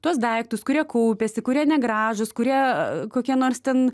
tuos daiktus kurie kaupiasi kurie negražūs kurie kokie nors ten